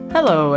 Hello